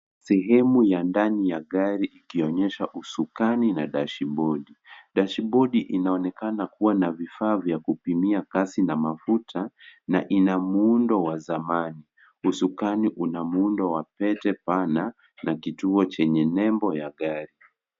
Sehemu ya ndani ya gari ikionyesha usukani na dashibodi. Dashibodi inaonekana kuwa na vifaa vya kupimia kasi na mafuta na ina muundo wa zamani. Usukani una muundo wa pete pana na kituo chenye nembo ya gari.